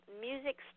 music